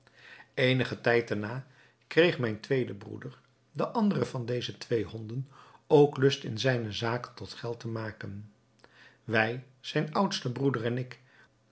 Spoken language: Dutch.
eenigen tijd daarna kreeg mijn tweede broeder de andere van deze twee honden ook lust zijne zaken tot geld te maken wij zijn oudste broeder en ik